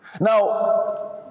Now